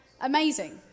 amazing